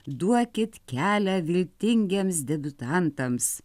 duokit kelią viltingiems debiutantams